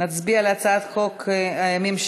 נצביע על הצעת החוק הממשלתית,